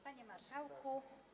Panie Marszałku!